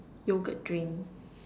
yogurt drink